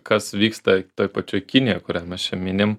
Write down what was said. kas vyksta toj pačioj kinijoj kurią mes čia minim